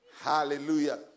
Hallelujah